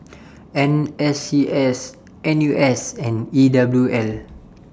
N S C S N U S and E W L